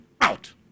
out